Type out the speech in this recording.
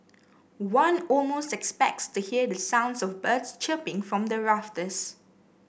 one almost expects to hear the sounds of birds chirping from the rafters